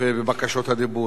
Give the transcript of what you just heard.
יש הסתייגויות כמובן.